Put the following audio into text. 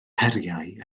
heriau